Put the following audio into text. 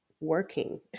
working